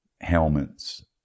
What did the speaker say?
helmets